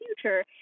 future